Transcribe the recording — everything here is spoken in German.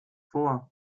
vor